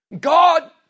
God